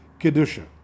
Kedusha